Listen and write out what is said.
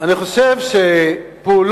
אני חושב שפעולות